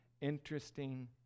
interesting